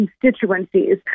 constituencies